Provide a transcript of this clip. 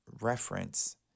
reference